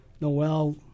Noel